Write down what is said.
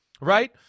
right